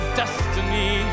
destiny